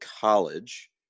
College